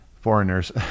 foreigners